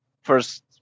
first